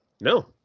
No